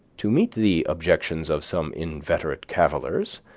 to meet the objections of some inveterate cavillers,